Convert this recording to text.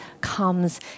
comes